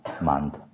month